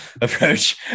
approach